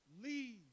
leave